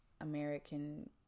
american